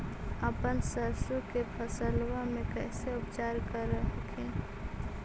अपन सरसो के फसल्बा मे कैसे उपचार कर हखिन?